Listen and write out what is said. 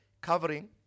covering